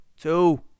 Two